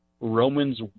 Romans